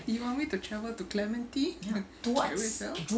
you want me to travel to clementi to kill yourself